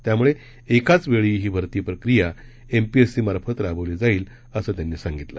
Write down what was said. त्यामुळ पिकाच वछी ही भरती प्रक्रीया एमपीएससी मार्फत राबवली जाईल असं त्यांनी सांगितलं